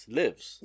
lives